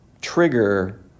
trigger